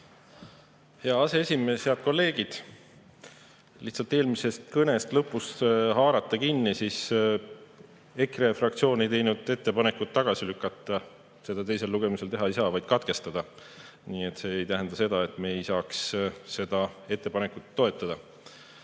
Hea aseesimees! Head kolleegid! Kui lihtsalt eelmise kõne lõpust kinni haarata, siis EKRE fraktsioon ei teinud ettepanekut tagasi lükata – seda teisel lugemisel teha ei saa –, vaid katkestada. Nii et see ei tähenda seda, et me ei saa seda ettepanekut toetada. Aga